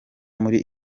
muri